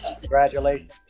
Congratulations